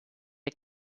der